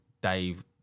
Dave